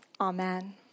Amen